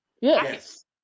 Yes